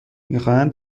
میخواهند